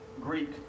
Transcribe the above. Greek